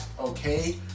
okay